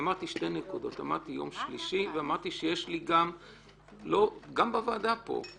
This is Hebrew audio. אמרתי שתי נקודות: אמרתי יום שלישי ואמרתי שגם בוועדה פה,